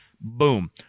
Boom